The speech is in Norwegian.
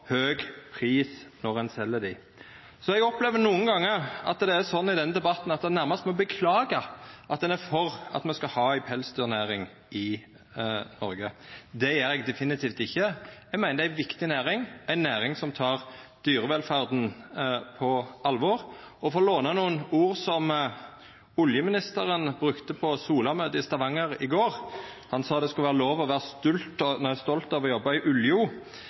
høg pris når ein sel dei. Eg opplever nokre gongar at det er slik i denne debatten at ein nærmast må beklaga at ein er for at me skal ha ei pelsdyrnæring i Noreg. Det gjer eg definitivt ikkje. Eg meiner det er ei viktig næring, ei næring som tek dyrevelferda på alvor. Eg vil få låna nokre ord som oljeministeren brukte på Sola ved Stavanger i går – han sa det skulle vera lov å vera stolt av å jobba i